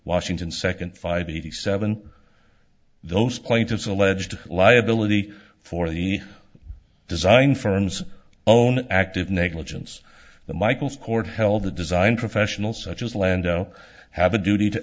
washington second five eighty seven those plaintiffs alleged liability for the design firms own active negligence that michael's court held the design professionals such as lando have a duty to